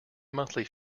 monthly